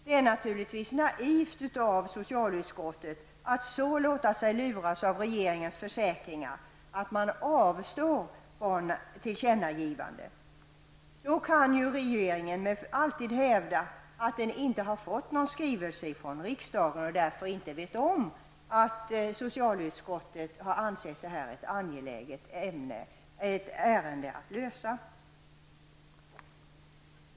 Det är naturligtvis naivt av socialutskottet att så låta sig luras av regeringens försäkringar att man avstår från tillkännagivande. Då kan ju regeringen alltid hävda att den inte har fått någon skrivelse från riksdagen och därför inte vet om att socialutskottet har ansett att detta är ett angeläget ärende att lösa.